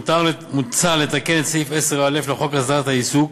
מוצע לתקן את סעיף 10(א) לחוק הסדרת העיסוק